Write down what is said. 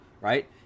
right